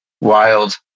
Wild